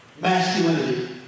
masculinity